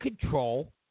control